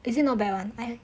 is it not bad [one]